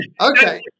Okay